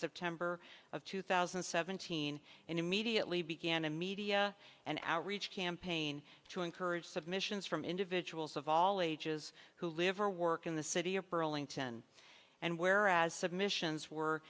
september of two thousand and seventeen and immediately began a media and outreach campaign to encourage submissions from individuals of all ages who live or work in the city of burlington and whereas submissions were